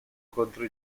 contro